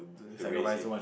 to raise him